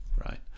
right